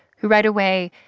who, right away,